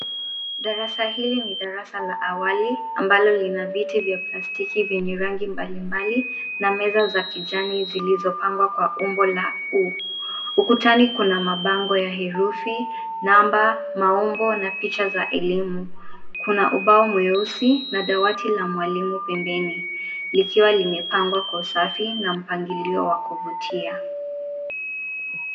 Darasa hili ni darasa la awali ambalo lina viti vya plastiki vyenye rangi mbalimbali na meza za kijani zilizopangwa kwa umbo la U. Ukutani kuna mabango ya herufi, namba, maumbo na picha za elimu. Kuna ubao mweusi na dawati la mwalimu pembeni, likiwa limepangwa kwa usafi na mpangilio wa kuvutia.